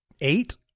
eight